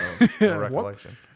recollection